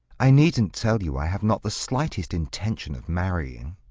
i needn't tell you i have not the slightest intention of marrying.